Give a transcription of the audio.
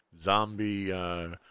zombie